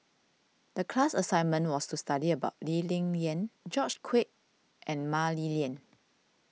the class assignment was to study about Lee Ling Yen George Quek and Mah Li Lian